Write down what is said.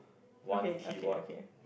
okay okay okay